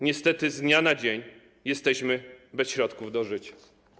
Niestety z dnia na dzień jesteśmy bez środków do życia.